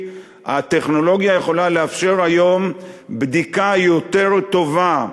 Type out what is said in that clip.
הטכנולוגיה יכולה לאפשר היום בדיקה יותר טובה,